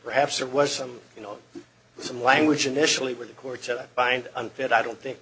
perhaps there was some you know some language initially where the courts are find unfit i don't think